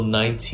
19